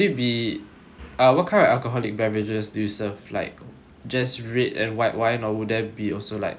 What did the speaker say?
uh what kind of alcoholic beverages do you serve like just red and white wine or will there be also like other kinds